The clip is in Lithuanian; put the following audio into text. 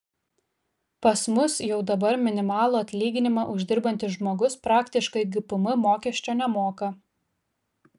pas mus jau dabar minimalų atlyginimą uždirbantis žmogus praktiškai gpm mokesčio nemoka